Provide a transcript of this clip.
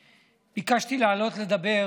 ביקשתי לעלות לדבר